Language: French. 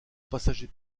passager